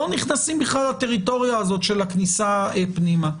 לא נכנסים בכלל לטריטוריה הזו של הכניסה פנימה.